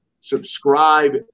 subscribe